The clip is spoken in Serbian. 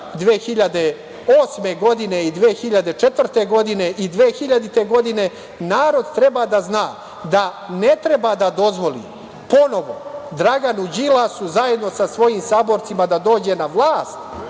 2008, 2004. i 2000. godine, narod treba da zna da ne treba da dozvoli ponovo Draganu Đilasu ponovo sa svojim saborcima da dođe na vlast,